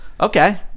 Okay